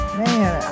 man